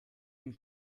ihn